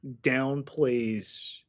downplays